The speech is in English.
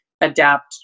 adapt